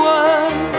one